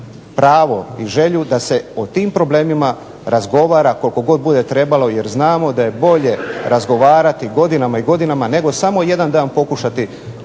pravo i želju da se o tim problemima razgovara koliko god bude trebalo jer znamo da je bolje razgovarati godinama i godinama nego samo jedan dan pokušati